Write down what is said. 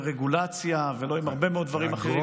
ולא עם רגולציה, ולא עם הרבה מאוד דברים אחרים.